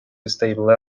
stable